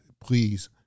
please